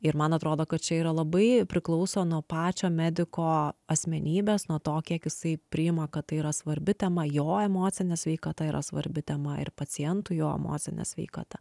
ir man atrodo kad čia yra labai priklauso nuo pačio mediko asmenybės nuo to kiek jisai priima kad tai yra svarbi tema jo emocinė sveikata yra svarbi tema ir pacientui jo emocinė sveikata